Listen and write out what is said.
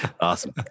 awesome